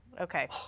okay